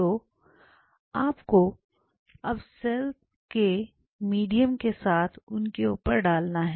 तो आपको अब सेल्स को मीडियम के साथ उनके ऊपर डालना है